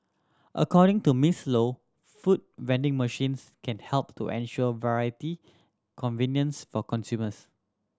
according to Miss Low food vending machines can help to ensure variety convenience for consumers